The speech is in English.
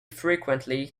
frequently